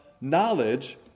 knowledge